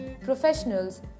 professionals